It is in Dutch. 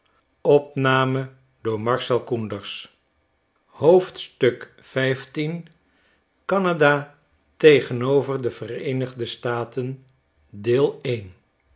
spitsten canada tegenover de vereenigde staten